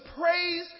praise